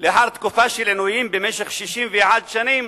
לאחר תקופה של עינויים במשך 61 שנים,